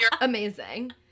amazing